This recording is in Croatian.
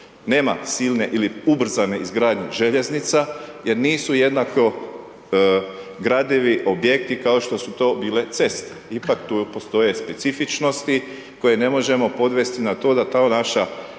Nema silne ili ubrzane izgradnje željeznica jer nisu jednako gradivi objekti kao što su to bile ceste, ipak tu postoje specifičnosti koje ne možemo podvesti na to da ta naša